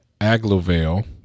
Aglovale